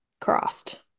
crossed